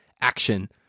action